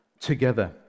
together